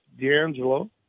D'Angelo